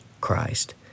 Christ